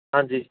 ਹਾਂਜੀ